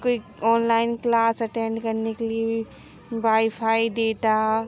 कोई online class attend करने के लिए भी वाईफ़ाई डेटा